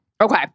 Okay